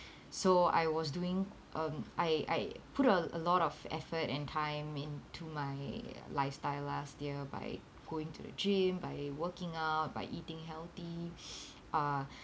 so I was doing um I I put a a lot of effort and time into my lifestyle last year by going to the gym by working out by eating healthy uh